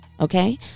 okay